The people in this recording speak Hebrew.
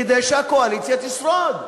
כדי שהקואליציה תשרוד.